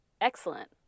excellent